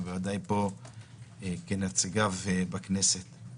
ובוודאי פה של נציגיו בכנסת.